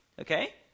Okay